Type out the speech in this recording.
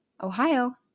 Ohio